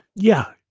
yeah,